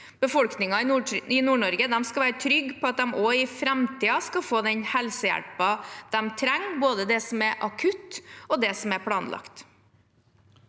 Befolkningen i Nord-Norge skal være trygg på at de også i framtiden skal få den helsehjelpen de trenger, både den som er akutt, og den som er planlagt.